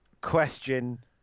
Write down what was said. question